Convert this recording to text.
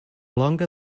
longer